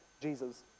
Jesus